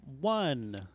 One